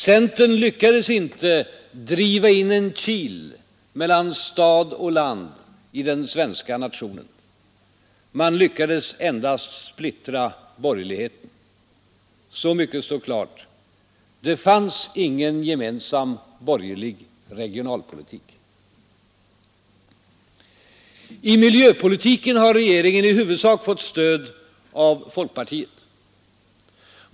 Centern lyckades inte driva in en kil mellan stad och land i den svenska nationen. Man lyckades endast splittra borgerligheten. Så mycket står klart: Det fanns ingen gemensam borgerlig regionalpolitik. I miljöpolitiken har regeringen i huvudsak fått stöd av folkpartiet.